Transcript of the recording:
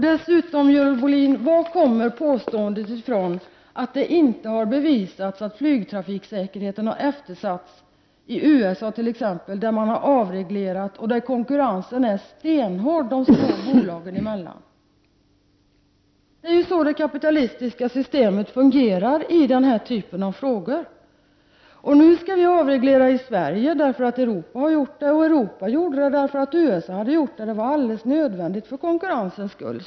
Varifrån, Görel Bohlin, kommer påståendet att det inte har bevisats att flygtrafiksäkerheten har eftersatts i t.ex. USA, där man har avreglerat och där konkurrensen är stenhård mellan flygbolagen? Det är ju så det kapitalistiska systemet fungerar i den här typen av frågor. Nu skall vi avreglera i Sverige därför att Europa har gjort det. Europa i sin tur gjorde det därför att USA avreglerade. Det var alldeles nödvändigt för konkurrensens skull.